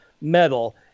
metal